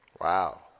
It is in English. Wow